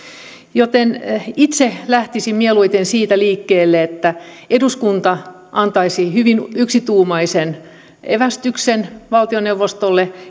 siitä itse lähtisin siis mieluiten siitä liikkeelle että eduskunta antaisi hyvin yksituumaisen evästyksen valtioneuvostolle